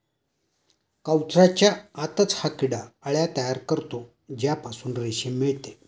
कवचाच्या आतच हा किडा अळ्या तयार करतो ज्यापासून रेशीम मिळते